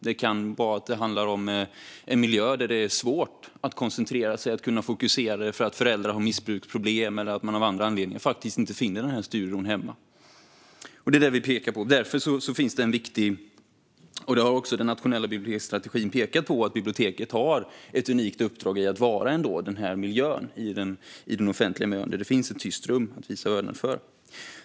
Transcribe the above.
Det kan vara en miljö där det är svårt att koncentrera sig och fokusera därför att föräldrarna har missbruksproblem, men det kan också finnas andra anledningar till att man inte finner studiero hemma. Det är detta vi pekar på. I den nationella biblioteksstrategin pekas på att biblioteken har ett unikt uppdrag att vara en offentlig miljö där det finns ett tyst rum att visa vördnad inför.